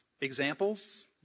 Examples